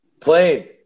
Plane